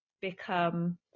become